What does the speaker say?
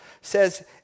says